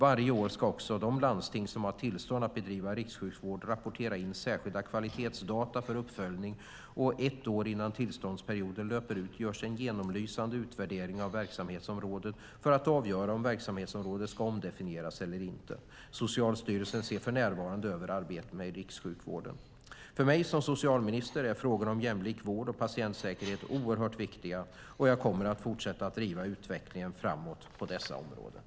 Varje år ska också de landsting som har tillstånd att bedriva rikssjukvård rapportera in särskilda kvalitetsdata för uppföljning, och ett år innan tillståndsperioden löper ut görs en genomlysande utvärdering av verksamhetsområdet för att avgöra om verksamhetsområdet ska omdefinieras eller inte. Socialstyrelsen ser för närvarande över arbetet med rikssjukvården. För mig som socialminister är frågorna om jämlik vård och patientsäkerhet oerhört viktiga, och jag kommer att fortsätta att driva utvecklingen framåt på dessa områden.